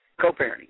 co-parenting